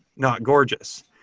not gorgeous.